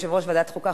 יושב-ראש ועדת חוקה,